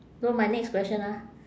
so my next question ah